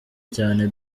cyane